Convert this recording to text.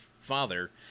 father